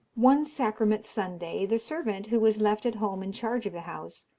one sacrament sunday the servant, who was left at home in charge of the house,